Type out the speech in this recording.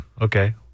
Okay